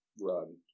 Run